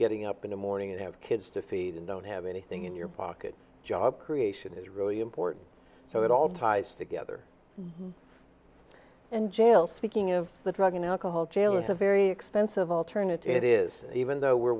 getting up in the morning and have kids to feed and don't have anything in your pocket job creation is really important so it all ties together and jail speaking of the drug and alcohol jail is a very expensive alternative it is even though we're